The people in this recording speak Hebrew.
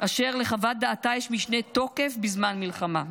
אשר לחוות דעתה יש משנה תוקף בזמן מלחמה.